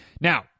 Now